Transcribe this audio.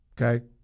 Okay